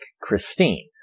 Christine